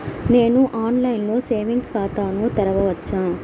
నేను ఆన్లైన్లో సేవింగ్స్ ఖాతాను తెరవవచ్చా?